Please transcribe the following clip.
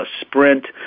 sprint